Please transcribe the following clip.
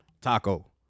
taco